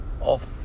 off